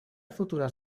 futuras